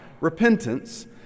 repentance